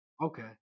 Okay